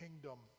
kingdom